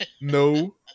no